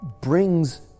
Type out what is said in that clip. brings